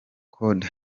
kode